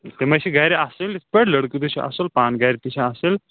تِم حظ چھِ گَرِ اَصٕل یِتھ پٲٹھۍ لٔڑکہٕ تہِ چھِ اَصٕل پانہٕ گَرِ تہِ چھِ اَصٕل